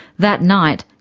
that night,